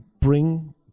bring